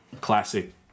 classic